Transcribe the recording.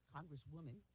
Congresswoman